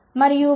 మేము 1